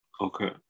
Okay